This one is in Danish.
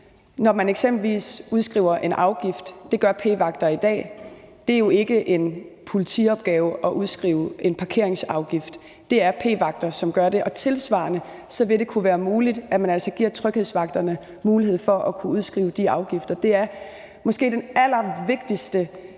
Når man eksempelvis udskriver en afgift, hvad p-vagter jo gør i dag, så er det jo ikke en politiopgave. Det er p-vagter, som gør det, og tilsvarende vil det kunne være muligt, at man altså giver tryghedsvagterne mulighed for at kunne udskrive de afgifter. Det er måske den allervigtigste,